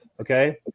okay